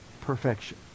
Perfection